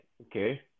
okay